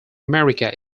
america